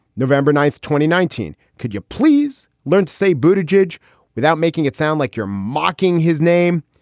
november ninth. twenty nineteen. could you please learn to say buti jej jej without making it sound like you're mocking his name?